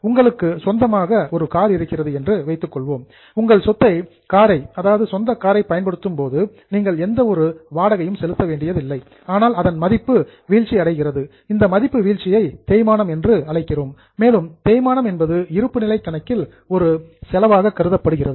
உங்களுக்கு சொந்தமாக ஒரு கார் இருக்கிறது என்று வைத்துக் கொள்வோம் உங்கள் சொந்த காரை உபயோகிக்கும்போது நீங்கள் எந்த ஒரு ரெண்ட் வாடகையும் செலுத்த வேண்டியதில்லை ஆனால் அதன் மதிப்பு வீழ்ச்சி அடைகிறது இந்த மதிப்பு வீழ்ச்சியை தேய்மானம் என்று அழைக்கிறோம் மேலும் இந்த தேய்மானம் என்பது இருப்புநிலை கணக்கில் ஒரு எக்ஸ்பென்ஸ் செலவாக கருதப்படுகிறது